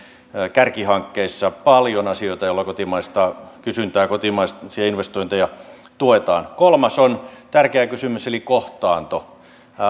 kärkihankkeissa on paljon asioita joilla kotimaista kysyntää ja kotimaisia investointeja tuetaan kolmas on tärkeä kysymys kohtaanto